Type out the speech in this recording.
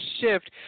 shift